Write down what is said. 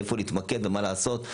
איפה להתמקד ומה לעשות,